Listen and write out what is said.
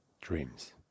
dreams